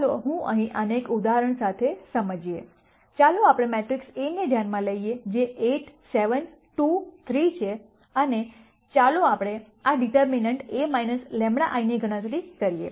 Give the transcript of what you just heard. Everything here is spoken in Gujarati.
ચાલો હું અહીં આને એક ઉદાહરણ સાથે સમજીએ ચાલો આપણે મેટ્રિક્સ A ને ધ્યાનમાં લઈએ જે 8 7 2 3 છે અને ચાલો આપણે આ ડિટર્મનન્ટ A λ I ની ગણતરી કરીએ